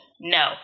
no